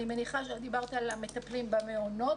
אני מניחה שדיברת על המטפלים במעונות